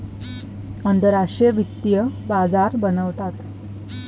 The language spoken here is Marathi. आंतरराष्ट्रीय वित्तीय बाजार बनवतात